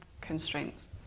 constraints